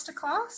masterclass